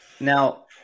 Now